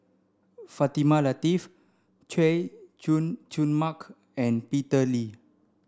Fatimah Lateef Chay Jung Jun Mark and Peter Lee